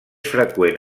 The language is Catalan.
freqüent